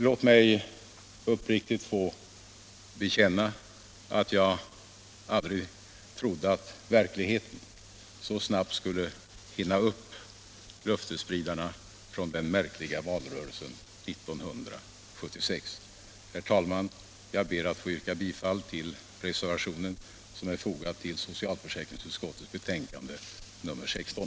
Låt mig uppriktigt få bekänna att jag aldrig trodde att verkligheten så snabbt skulle hinna upp löftesspridarna från den märkliga valrörelsen 1976. Herr talman! Jag ber att få yrka bifall till reservationen som är fogad till socialförsäkringsutskottets betänkande nr 16.